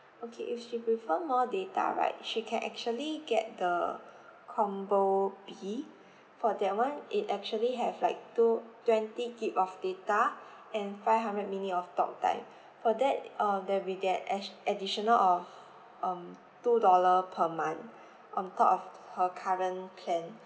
okay if she prefer more data right she can actually get the combo B for that one it actually have like two twenty G_B of data and five hundred minute of talk time for that um then with that ash~ additional of um two dollar per month on top of her current plan